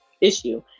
issue